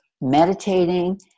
meditating